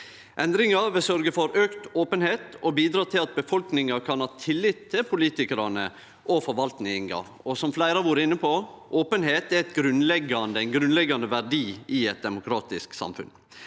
Endringa vil sørgje for auka openheit og bidra til at befolkninga kan ha tillit til politikarane og forvaltninga. Som fleire har vore inne på, er openheit ein grunnleggjande verdi i eit demokratisk samfunn.